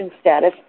status